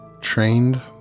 trained